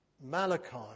Malachi